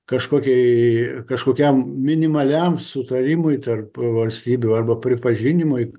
kažkokiai kažkokiam minimaliam sutarimui tarp valstybių arba pripažinimui